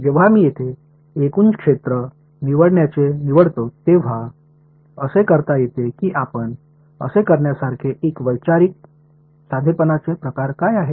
जेव्हा मी येथे एकूण क्षेत्र निवडण्याचे निवडतो तेव्हा असे करता येते की आपण असे करण्यासारखे एक वैचारिक साधेपणाचे प्रकार काय आहे